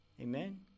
Amen